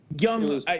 young